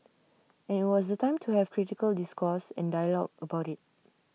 and IT was the time to have critical discourse and dialogue about IT